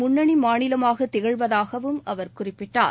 முன்னணி மாநிலமாக திகழ்வதாகவும் அவர் குறிப்பிட்டார்